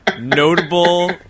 notable